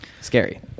Scary